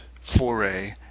foray